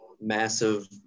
massive